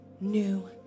new